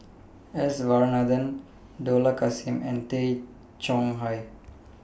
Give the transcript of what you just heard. S Varathan Dollah Kassim and Tay Chong Hai